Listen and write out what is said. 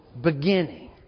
beginning